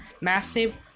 massive